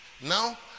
Now